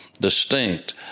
distinct